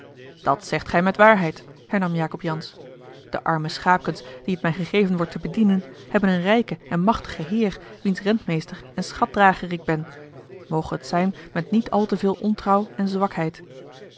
dat zegt gij met waarheid hernam jacob jansz de arme schaapkens die het mij gegeven wordt te bedienen hebben een rijken en machtigen heer wiens rentmeester en schatdrager ik ben moge het zijn met niet al te veel ontrouw en zwakheid